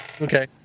Okay